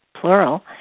plural